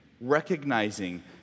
recognizing